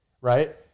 right